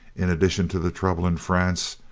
in addition to the trouble in france,